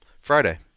Friday